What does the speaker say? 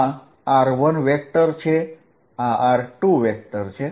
આ r1 અને r2 vector છે